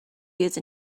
use